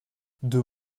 deux